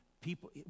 people